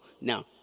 now